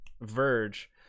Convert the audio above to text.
verge